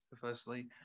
Firstly